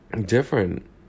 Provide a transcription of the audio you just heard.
different